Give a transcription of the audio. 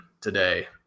today